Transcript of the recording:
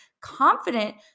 confident